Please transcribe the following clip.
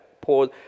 pause